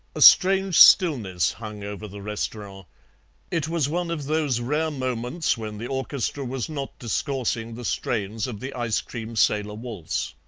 a. strange stillness hung over the restaurant it was one of those rare moments when the orchestra was not discoursing the strains of the ice-cream sailor waltz.